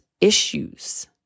issues